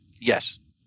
Yes